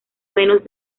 menos